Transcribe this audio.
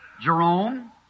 Jerome